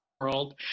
world